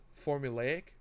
formulaic